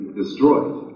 destroyed